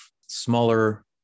smaller